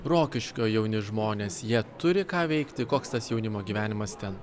rokiškio jauni žmonės jie turi ką veikti koks tas jaunimo gyvenimas ten